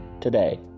today